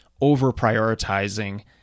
over-prioritizing